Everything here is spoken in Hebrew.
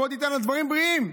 בוא תיתן לדברים בריאים,